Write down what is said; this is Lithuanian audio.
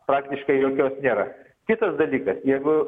praktiškai jokios nėra kitas dalykas jeigu